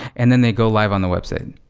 and then they go live on the website.